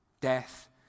death